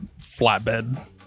flatbed